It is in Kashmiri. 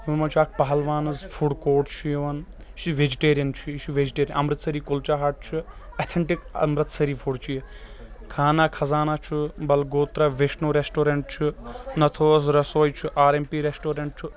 یِمَن منٛز چھُ اَکھ پہلوانٕز فُڈ کوٹ چھُ یِوان یہِ چھُ وٮ۪جٹیریَن چھُ یہِ یہِ چھُ وٮ۪جٹے اَمرِتسٔری کُلچا ہَٹ چھُ اٮ۪تھَنٹِک اَمرِتسٔری فُڈ چھُ یہِ کھانا خزانَہ چھُ بَلگوترٛا وٮ۪شنو رٮ۪سٹورٮ۪نٛٹ چھُ نَتھوٗز رَسوے چھُ آر اٮ۪م پی رٮ۪سٹورٮ۪نٛٹ چھُ